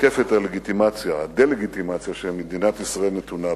מתקפת הדה-לגיטימציה שמדינת ישראל נתונה בה.